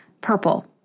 purple